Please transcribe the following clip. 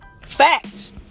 Facts